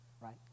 right